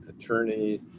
attorney